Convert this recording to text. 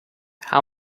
how